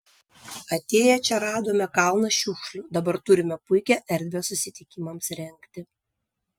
atėję čia radome kalną šiukšlių dabar turime puikią erdvę susitikimams rengti